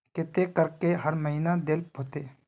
केते करके हर महीना देल होते?